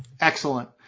Excellent